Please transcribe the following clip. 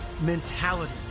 mentality